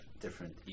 different